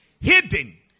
Hidden